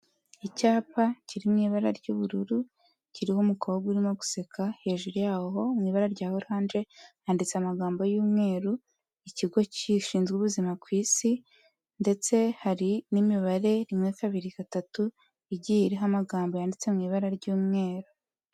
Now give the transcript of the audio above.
Icyapa kiri mu ibara ry'ubururu, kiriho umukobwa urimo guseka, hejuru yawo mu ibara rya oranje handitse amagambo y'umweru, ikigo gishinzwe ubuzima ku isi, ndetse hari n'imibare, rimwe, kabiri, gatatu, igiye iriho amagambo yanditse mu ibara ry'umweru.